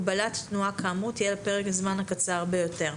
הגבלת תנועה כאמור תהיה לפרק בזמן הקצר ביותר.